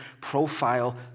profile